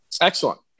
Excellent